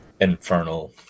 infernal